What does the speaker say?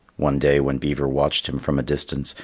one day when beaver watched him from a distance,